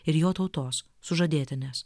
ir jo tautos sužadėtinės